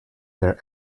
their